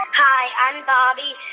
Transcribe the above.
hi, i'm bobby,